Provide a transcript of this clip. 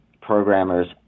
programmers